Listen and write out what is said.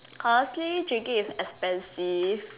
honestly drinking is expensive